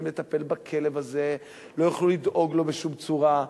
לטפל בכלב הזה ולא יוכלו לדאוג לו בשום צורה.